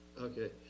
okay